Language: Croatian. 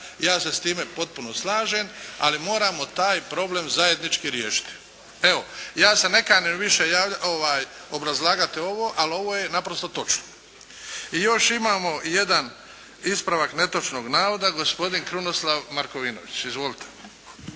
Ja se s time potpuno slažem. Ali moram taj problem zajednički riješiti. Evo, ja se ne kanim više obrazlagati ovo, ali ovo je naprosto točno. I još imamo jedan ispravak netočnog navoda gospodin Krunoslav Markovinović. Izvolite.